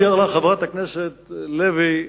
חברת הכנסת לוי,